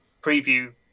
preview